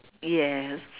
yes